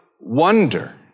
wonder